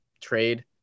trade